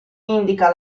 indica